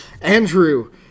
Andrew